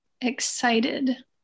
excited